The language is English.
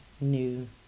new